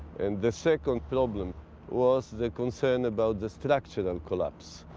and the second problem was the concern about the structural collapse.